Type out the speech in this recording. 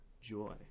joy